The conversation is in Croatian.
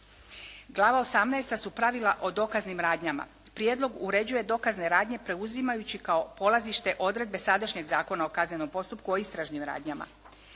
osamnaesta su pravila o dokaznim radnjama. Prijedlog uređuje dokazne radnje preuzimajući kao polazište odredbe sadašnjeg Zakona o kaznenom postupku o istražnim radnjama.